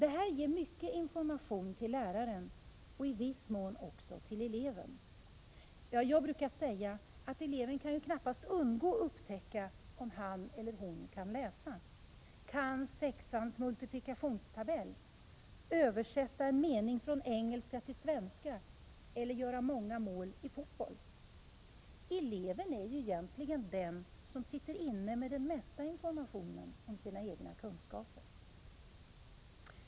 Det här ger mycken information till läraren, och i viss mån också till eleven. Jag brukar säga att eleven knappast kan undgå att upptäcka om han eller hon kan läsa, kan sexans multiplikationstabell, översätta en mening från engelska till svenska eller göra många mål i fotboll. Eleven är egentligen den som sitter inne med den mesta informationen om sina egna kunskaper.